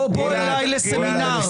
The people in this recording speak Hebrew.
בוא אליי לסמינר.